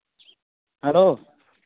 hello